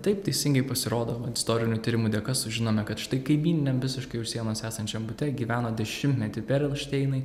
taip teisingai pasirodo istorinių tyrimų dėka sužinome kad štai kaimyniniam visiškai už sienos esančiam bute gyveno dešimtmetį perelšteinai